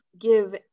give